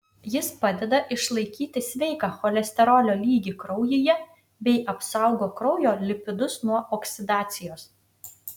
jis padeda išlaikyti sveiką cholesterolio lygį kraujyje bei apsaugo kraujo lipidus nuo oksidacijos